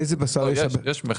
יש מכס.